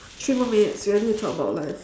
three more minutes we only need to talk about life